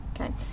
Okay